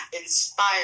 inspired